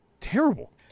terrible